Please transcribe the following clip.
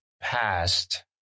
past